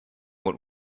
what